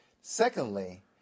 Secondly